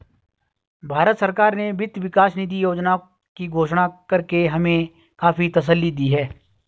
भारत सरकार ने वित्त विकास निधि योजना की घोषणा करके हमें काफी तसल्ली दी है